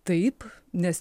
taip nes